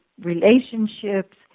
relationships